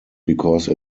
because